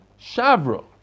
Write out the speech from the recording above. Shavro